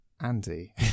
andy